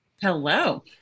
Hello